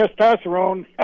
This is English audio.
Testosterone